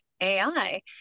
ai